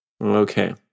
Okay